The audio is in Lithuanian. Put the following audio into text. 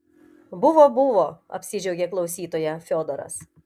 buvo buvo apsidžiaugė klausytoja fiodoras